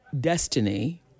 destiny